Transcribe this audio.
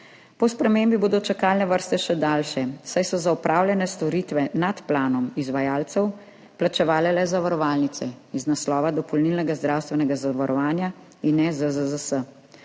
Po spremembi bodo čakalne vrste še daljše, saj so za opravljene storitve nad planom izvajalcev plačevale le zavarovalnice iz naslova dopolnilnega zdravstvenega zavarovanja in ne ZZZS.